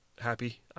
happy